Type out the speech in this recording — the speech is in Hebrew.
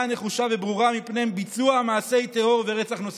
נחושה וברורה מפני ביצוע מעשי טרור ורצח נוספים.